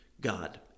God